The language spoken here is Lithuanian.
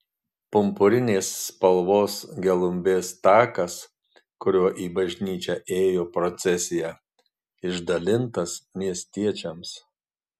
purpurinės spalvos gelumbės takas kuriuo į bažnyčią ėjo procesija išdalintas miestiečiams